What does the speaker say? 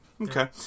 Okay